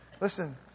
Listen